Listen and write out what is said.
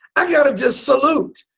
i gotta just salute!